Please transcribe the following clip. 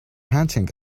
hunting